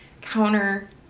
counter